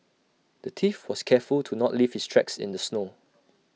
the thief was careful to not leave his tracks in the snow